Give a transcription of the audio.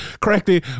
correctly